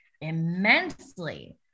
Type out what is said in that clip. immensely